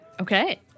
Okay